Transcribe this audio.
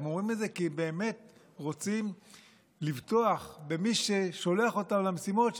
הם אומרים את זה כי באמת רוצים לבטוח במי ששולח אותם למשימות,